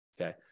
okay